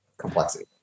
complexity